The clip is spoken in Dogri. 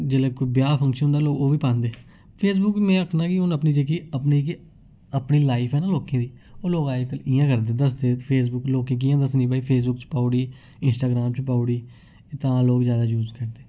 जेल्लै कोई ब्याह् फंक्शन होंदा लोक ओह् बी पांदे फेसबुक मैं आक्खना कि हून अपनी जेह्की अपनी अपनी लाइफ ऐ लोकें दी ओह् लोक अज्ज कल इयां करदे दस्सदे फेसबुक लोकें गी कियां दस्सनी भई फेसबुक च पाई ओड़ी इंस्टाग्रांम च पाई ओड़ी तां लोक जादा यूज करदे